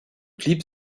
clip